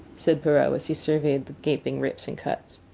said perrault, as he surveyed the gaping rips and cuts.